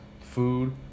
food